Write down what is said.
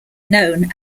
known